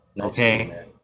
Okay